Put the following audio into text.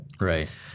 Right